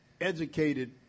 educated